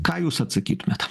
ką jūs atsakytumėt